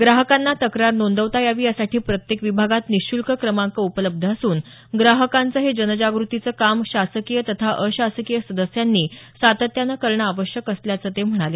ग्राहकांना तक्रार नोंदवता यावी यासाठी प्रत्येक विभागात निशुल्क क्रमांक उपलब्ध असून ग्राहकांचं हे जनजागृतीचं काम शासकीय तथा अशासकीय सदस्यांनी सातत्यानं करणं आवश्यक असल्याचं ते म्हणाले